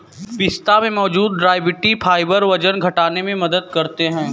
पिस्ता में मौजूद डायट्री फाइबर वजन घटाने में मदद करते है